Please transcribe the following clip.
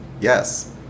yes